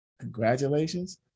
congratulations